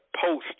post